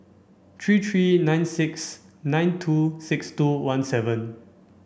three three nine six nine two six two one seven